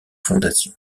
fondation